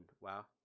wow